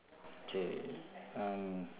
um